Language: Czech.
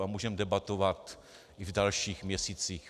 A můžeme debatovat v dalších měsících.